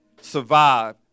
survive